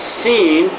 seen